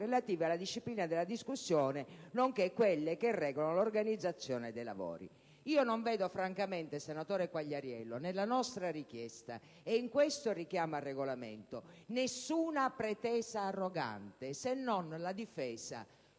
relative alla disciplina della discussione, nonché quelle che regolano l'organizzazione dei lavori». Senatore Quagliariello, francamente non vedo nella nostra richiesta e in questo richiamo al Regolamento alcuna pretesa arrogante, se non la difesa